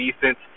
decent